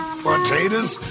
potatoes